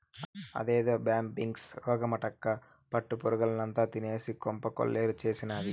అదేదో బ్యాంబిక్స్ రోగమటక్కా పట్టు పురుగుల్నంతా తినేసి కొంప కొల్లేరు చేసినాది